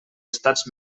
estats